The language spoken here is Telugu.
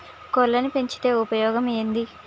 కోళ్లని పెంచితే ఉపయోగం ఏంది?